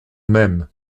même